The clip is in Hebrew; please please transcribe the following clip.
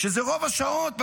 שזה רוב השעות בגן.